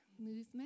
movement